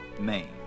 Maine